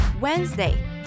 Wednesday